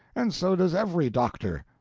and so does every doctor.